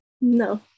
No